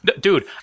Dude